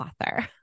author